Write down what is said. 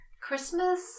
Christmas